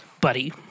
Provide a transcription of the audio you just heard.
buddy